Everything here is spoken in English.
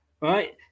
right